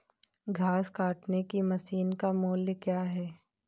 घास काटने की मशीन का मूल्य क्या है?